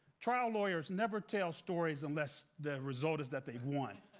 trial lawyers never tell stories unless the result is that they won.